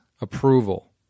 approval